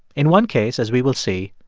in one case, as we will see,